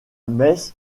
mess